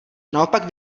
naopak